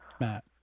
Matt